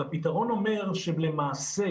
והפתרון אומר שלמעשה,